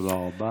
תודה רבה.